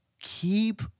keep